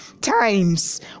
times